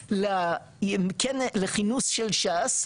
דרעי לכינוס של ש"ס,